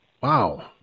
Wow